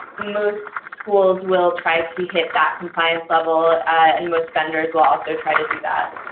most schools will try to hit that compliance level, and most vendors will also try to do that.